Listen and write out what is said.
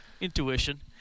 intuition